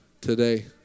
today